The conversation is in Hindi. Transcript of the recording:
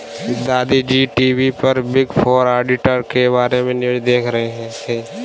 दादा जी टी.वी पर बिग फोर ऑडिटर के बारे में न्यूज़ देख रहे थे